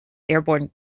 airborne